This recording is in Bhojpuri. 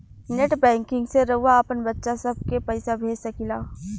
नेट बैंकिंग से रउआ आपन बच्चा सभ के पइसा भेज सकिला